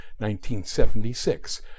1976